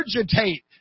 regurgitate